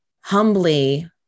humbly